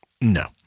no